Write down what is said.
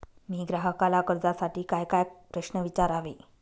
मी ग्राहकाला कर्जासाठी कायकाय प्रश्न विचारावे?